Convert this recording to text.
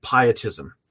pietism